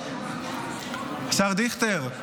השר דיכטר,